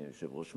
אדוני היושב-ראש?